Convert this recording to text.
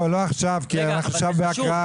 לא עכשיו כי אנחנו עכשיו בהקראה.